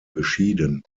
beschieden